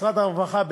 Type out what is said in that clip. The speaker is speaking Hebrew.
משרד הרווחה,